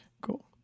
Cool